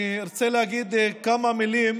אני ארצה להגיד כמה מילים